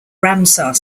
ramsar